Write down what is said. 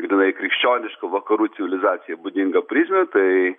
grynai krikščionišką vakarų civilizacijai būdingą prizmę bei